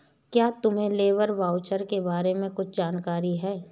क्या तुम्हें labour voucher के बारे में कुछ जानकारी है?